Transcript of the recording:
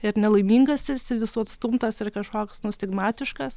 ir nelaimingas esi visų atstumtas ir kažkoks nu stigmatiškas